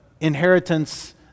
inheritance